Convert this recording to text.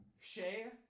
Shay